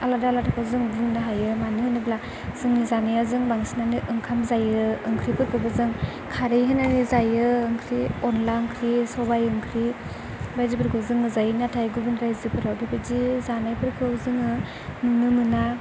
आलादा आलादाखौ जों बुंनो हायो मानो होनोब्ला जोंनि जानाया जों बांसिनानो ओंखाम जायो ओंख्रिफोरखौबो खारै होनानै जायो ओंख्रि अनला ओंख्रि सबाय ओंख्रि बायदिफोरखौ जोङो जायो नाथाय गुबुन रायजोफोराव बेबायदि जानायफोरखौ जोङो नुनो मोना